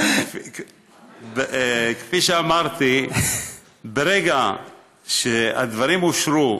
כפי שאמרתי, ברגע שהדברים אושרו